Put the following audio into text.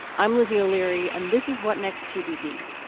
i'm lizzie o'leary and this is what next, tbd,